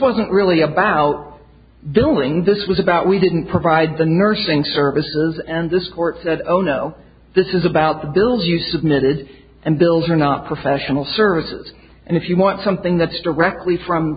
wasn't really about billing this was about we didn't provide the nursing services and this court said oh no this is about the bills you submitted and bills are not professional services and if you want something that's directly from